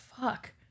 fuck